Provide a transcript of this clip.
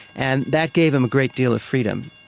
and that gave him a great deal of freedom.